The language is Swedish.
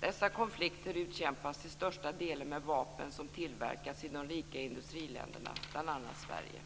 Dessa konflikter utkämpas till största delen med vapen som tillverkats i de rika industriländerna, bl.a. Sverige.